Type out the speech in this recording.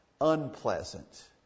Unpleasant